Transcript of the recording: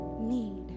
need